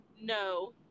No